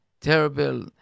Terrible